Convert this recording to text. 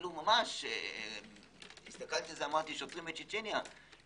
אמרתי: ממש שוטרים בצ'צ'ניה.